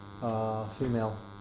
female